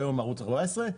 היום ערוץ 14,